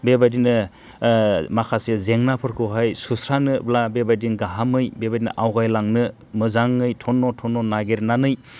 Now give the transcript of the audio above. बेबादिनो माखासे जेंनाफोरखौहाय सुस्रानोब्ला बेबादिनो गाहामै बेबादिनो आवगायलांनो मोजाङै थनन' थनन' नागिरनानै